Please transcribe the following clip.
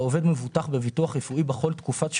הוראות סעיף זה לא יחולו לגבי עובד זר